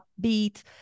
upbeat